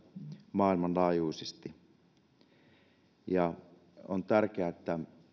maailmanlaajuisesti on tärkeää että